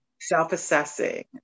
self-assessing